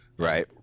Right